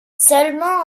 seulement